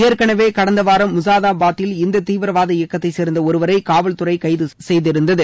ஏற்கனவே கடந்த வாரம் முசாதாபாதில் இந்த தீவிரவாத இபக்கத்தை சேர்ந்த ஒருவரை காவல்துறை கைது செய்திருந்தது